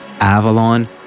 Avalon